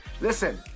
Listen